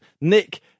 Nick